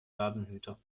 ladenhüter